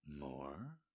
More